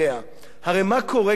הרי מה קורה כאן עכשיו לערוץ-10?